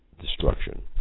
Destruction